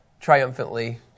triumphantly